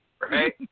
Right